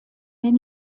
den